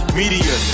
media